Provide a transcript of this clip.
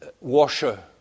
washer